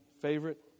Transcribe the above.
Favorite